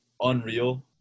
unreal